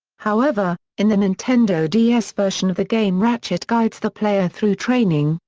however, in the nintendo ds version of the game ratchet guides the player through training,